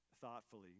thoughtfully